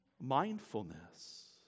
Mindfulness